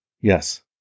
Yes